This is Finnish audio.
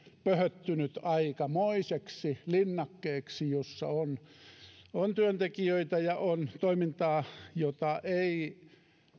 pöhöttynyt aikamoiseksi linnakkeeksi jossa on työntekijöitä ja on toimintaa jota ei